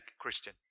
Christian